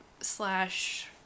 slash